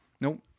Nope